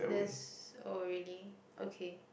there's oh really okay